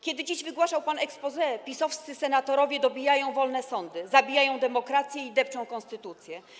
Kiedy dziś wygłaszał pan exposé, PiS-owscy senatorowie dobijali wolne sądy, zabijali demokrację i deptali konstytucję.